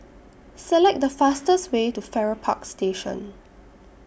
Select The fastest Way to Farrer Park Station